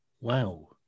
Wow